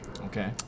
Okay